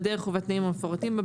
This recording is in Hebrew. בדרך ובתנאים המפורטים בה,